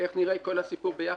איך נראה כל הסיפור ביחד.